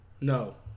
No